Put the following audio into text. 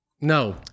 no